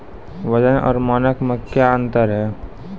वजन और मानक मे क्या अंतर हैं?